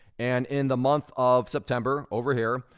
and in the month of september, over here,